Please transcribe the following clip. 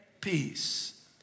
peace